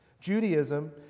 Judaism